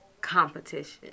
competition